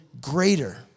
greater